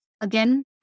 again